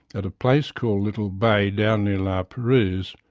at a place called little bay down near la perouse,